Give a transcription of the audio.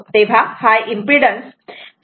तेव्हा हा impedance phasor quantity नाही